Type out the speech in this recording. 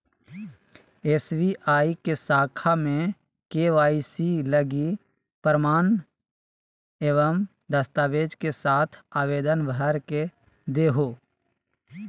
SBI के शाखा में के.वाई.सी लगी प्रमाण एवं दस्तावेज़ के साथ आवेदन भर के देहो